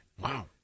Wow